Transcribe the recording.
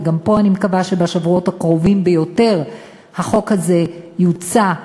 וגם פה אני מקווה שבשבועות הקרובים ביותר החוק הזה יוצא,